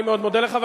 אני מאוד מודה לך.